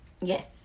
yes